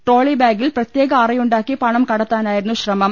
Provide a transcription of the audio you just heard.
trolley ബാഗിൽ പ്രത്യേക അറയുണ്ടാക്കി പണം കടത്താനായിരുന്നു ശ്രമം